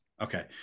Okay